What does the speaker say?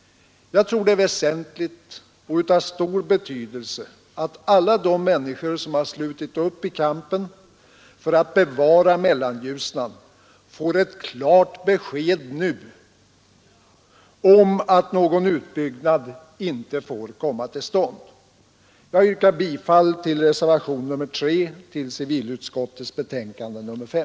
Jag tror det är av stor betydelse att alla de människor som slutit upp i kampen för att bevara Mellanljusnan får ett klart besked nu om att någon utbyggnad inte får komma till stånd. Jag yrkar bifall till reservationen 3 till civilutskottets betänkande nr 5.